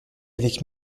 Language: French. avec